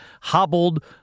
hobbled